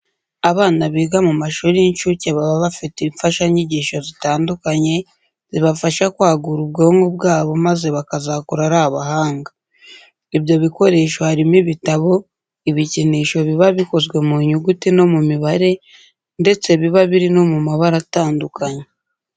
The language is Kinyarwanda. Abana biga mu mashuri y'incuke baba bafite imfashanyigisho zitandukanye zibafasha kwagura ubwonko bwabo maze bakazakura ari abahanga. Ibyo bikoresho harimo ibitabo, ibikinisho biba bikozwe mu nyuguti no mu mibare ndetse biba biri no mu mabara atandukanye.